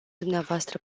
dvs